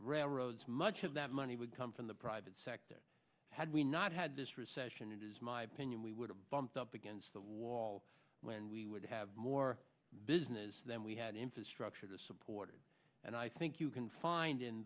railroads much of that money would come from the private sector had we not had this recession it is my opinion we would have bumped up against the wall when we would have more business than we had infrastructure to support it and i think you can find in